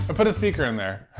ah put a speaker in there.